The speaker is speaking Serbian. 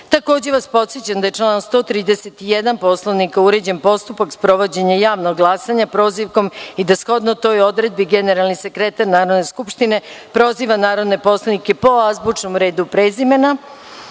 vas podsećam da članom 131. Poslovnika uređen postupak sprovođenja javnog glasanja – prozivkom i da, shodno toj odredbi:- generalni sekretar Narodne skupštine proziva narodne poslanike po azbučnom redu prezimena,-